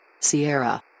Sierra